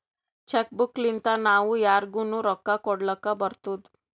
check book ಲಿಂತಾ ನಾವೂ ಯಾರಿಗ್ನು ರೊಕ್ಕಾ ಕೊಡ್ಲಾಕ್ ಬರ್ತುದ್